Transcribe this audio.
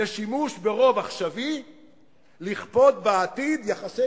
זה שימוש ברוב עכשווי לכפות בעתיד יחסי